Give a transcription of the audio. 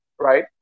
right